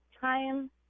time